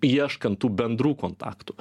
ieškant tų bendrų kontaktų